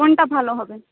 কোনটা ভালো হবে